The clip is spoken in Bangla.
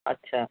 আচ্ছা